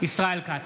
ישראל כץ,